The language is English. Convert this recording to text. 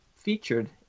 featured